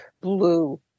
blue